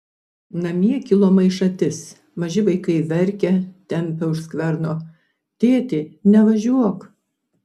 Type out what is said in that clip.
namie kilo maišatis maži vaikai verkia tempia už skverno tėti nevažiuok